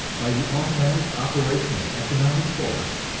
by the automatic operation of economic force,